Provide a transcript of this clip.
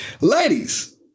Ladies